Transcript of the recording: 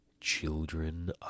Children